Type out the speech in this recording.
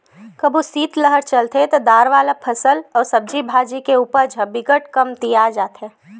कभू सीतलहर चलथे त दार वाला फसल अउ सब्जी भाजी के उपज ह बिकट कमतिया जाथे